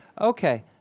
Okay